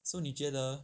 so 你觉得